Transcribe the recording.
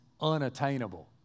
unattainable